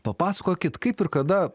papasakokit kaip ir kada